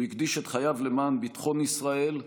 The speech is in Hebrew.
הוא הקדיש את חייו למען ביטחון ישראל,